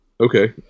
Okay